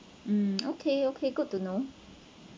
mm okay okay good to know